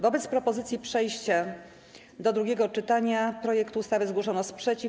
Wobec propozycji przejścia do drugiego czytania projektu ustawy zgłoszono sprzeciw.